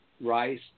rice